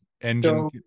engine